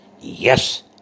Yes